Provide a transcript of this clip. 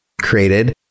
created